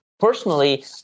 Personally